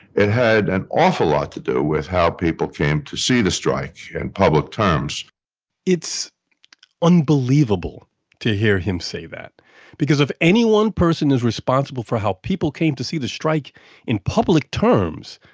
it had an awful lot to do with how people came to see the strike in public terms it's unbelievable to hear him say that because if any one person is responsible for how people came to see the strike in public terms,